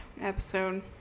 episode